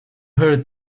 her